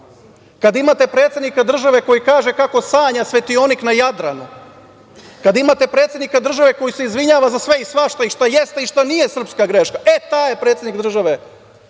kada imate predsednika države koji kaže kako sanja svetionik na Jadranu, kada imate predsednika države koji se izvinjava za sve i svašta i šta jeste i šta nije srpska greška, e taj je predsednik države